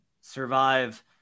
survive